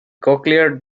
cochlear